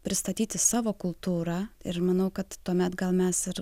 pristatyti savo kultūrą ir manau kad tuomet gal mes ir